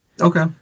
Okay